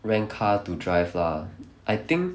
rent car to drive lah I think